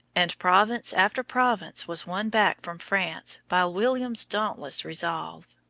and province after province was won back from france, by william's dauntless resolve.